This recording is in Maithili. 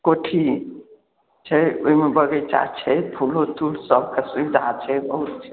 कोठी छै ओहिमे बगैचा छै फूलो तूल सबके सुविधा छै बहुत छै